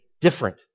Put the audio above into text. different